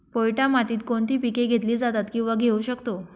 पोयटा मातीत कोणती पिके घेतली जातात, किंवा घेऊ शकतो?